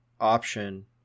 option